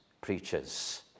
preachers